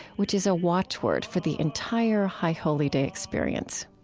which is a watchword for the entire high holy day experience?